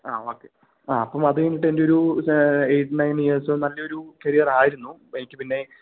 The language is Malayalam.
ആ ഓക്കെ ആ അപ്പോ അത് കഴിഞ്ഞിട്ട് എൻറ്റൊരു എയ്റ്റ് ണയൻ ഇയേഴ്സ് നല്ലൊരു കരിയർ ആയിരുന്നു എനിക്ക് പിന്നെ